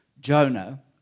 Jonah